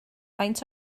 faint